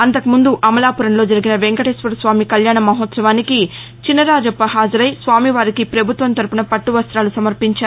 అంతకుముందు అమలాపురంలో జరిగిన వెంకటేశ్వరస్వామి కళ్యాణ మహోత్సవానికి చినరాజప్ప హాజరై స్వామివారికి పభుత్వం తరఫున పట్టువస్తాలు సమర్పించారు